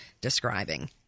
describing